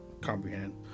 comprehend